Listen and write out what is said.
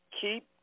keep